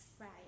right